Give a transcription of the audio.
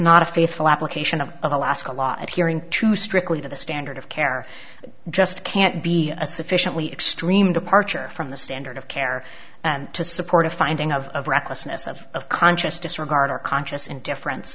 not a faithful application of alaska a lot of hearing to strictly to the standard of care just can't be a sufficiently extreme departure from the standard of care to support a finding of recklessness of conscious disregard our conscious indifferen